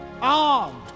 armed